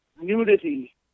nudity